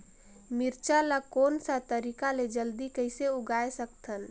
मिरचा ला कोन सा तरीका ले जल्दी कइसे उगाय सकथन?